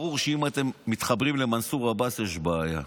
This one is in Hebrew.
ברור שאם אתם מתחברים למנסור עבאס יש בעיה.